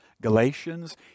Galatians